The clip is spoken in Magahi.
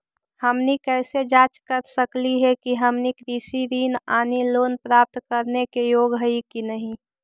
हमनी कैसे जांच सकली हे कि हमनी कृषि ऋण यानी लोन प्राप्त करने के योग्य हई कि नहीं?